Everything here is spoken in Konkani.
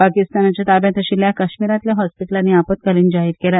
पाकिस्तानाच्या ताब्यांत आशिल्ल्या कश्मीरांतल्या हॉस्पिटलांनी आपतकालीन जाहीर केल्या